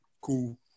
cool